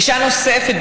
אישה נוספת,